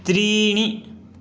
त्रीणि